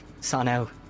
Sano